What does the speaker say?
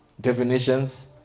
definitions